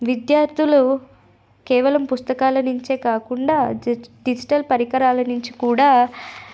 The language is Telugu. విద్యార్థులు పుస్తకాల నుంచే కాకుండా డిజిటల్ పరికరాల నుంచి కూడా